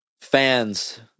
fans